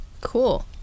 Cool